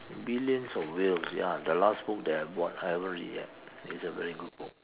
Billions of Whales ya the last book that I bought I haven't read yet it's a very good book